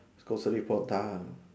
grocery for done